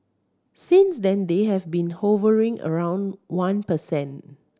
since then they have been hovering around one per cent